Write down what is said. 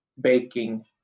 baking